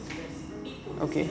okay